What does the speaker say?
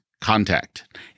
Contact